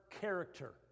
character